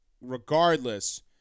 regardless